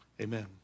amen